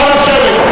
נא לשבת.